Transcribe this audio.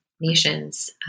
nations